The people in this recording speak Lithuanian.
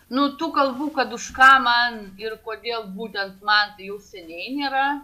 nu tų kalbų kad už ką man ir kodėl būtent man tai jau seniai nėra